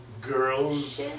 girls